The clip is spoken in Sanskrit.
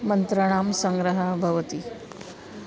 मन्त्राणां सङ्ग्रहः भवति